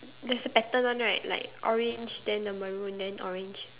there's a pattern one right like orange then the maroon then orange